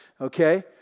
Okay